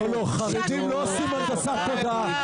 חרדים לא עושים הנדסת תודעה.